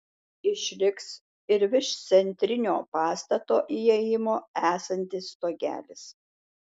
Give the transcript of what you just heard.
išliks ir virš centrinio pastato įėjimo esantis stogelis